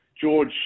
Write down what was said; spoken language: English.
George